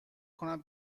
کنم